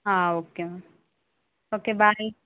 ఆ okay okay by